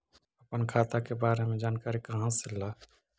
अपन खाता के बारे मे जानकारी कहा से ल?